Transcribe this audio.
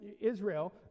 israel